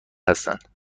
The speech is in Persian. هستند